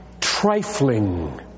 trifling